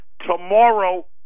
tomorrow